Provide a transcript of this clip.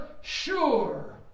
sure